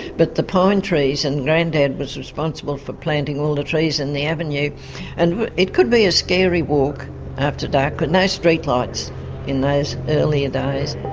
but the pine trees and granddad was responsible for planting all the trees in the avenue and it could be a scary walk after dark. got but no street lights in those earlier days.